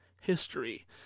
History